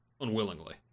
unwillingly